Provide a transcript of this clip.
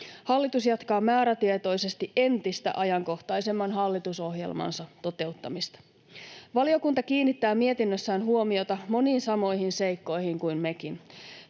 Hallitus jatkaa määrätietoisesti entistä ajankohtaisemman hallitusohjelmansa toteuttamista. Valiokunta kiinnittää mietinnössään huomiota moniin samoihin seikkoihin kuin mekin.